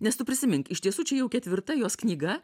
nes tu prisimink iš tiesų čia jau ketvirta jos knyga